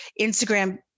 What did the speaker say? Instagram